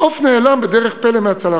העוף נעלם בדרך פלא מהצלחת,